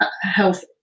health